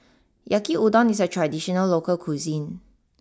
Yaki Udon is a traditional local cuisine